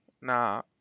Nah